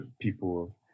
people